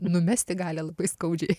numesti gali labai skaudžiai